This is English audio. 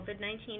COVID-19